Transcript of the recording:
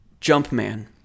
Jumpman